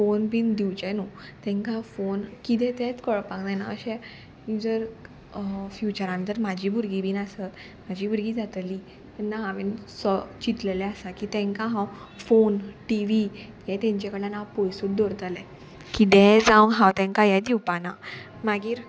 phone बीन दिवचें न्हू तांकां फोन किदें तेंत कळपाक जायना अशें जर फ्युचरान जर म्हाजी भुरगीं बीन आसत म्हाजी भुरगीं जातली तेन्ना हांवें सो चिंतलेलें आसा की तेंकां हांव फोन टि वी हें तेंचे कडल्यान हांव पोयसूत दवरतलें किदेंय जावं हांव तेंकां हें दिवपाना मागीर